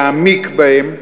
להעמיק בהם.